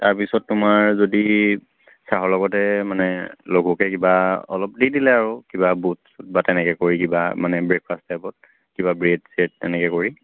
তাৰ পিছত তোমাৰ যদি চাহৰ লগতে মানে লঘুকৈ কিবা অলপ দি দিলে আৰু কিবা বুট চুট বা তেনেকৈ কৰি কিবা মানে ব্ৰেক ফাষ্ট টাইপত কিবা ব্ৰেড ছেড তেনেকৈ কৰি